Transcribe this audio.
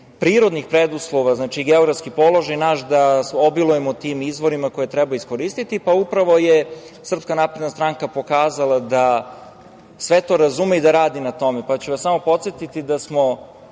prirodnih preduslova, znači, naš geografski položaj, da obilujemo tim izvorima koje treba iskoristiti. Upravo je SNS pokazala da sve to razume i da radi na tome. Zato ću vas samo podsetiti da smo